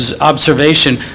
observation